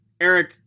Eric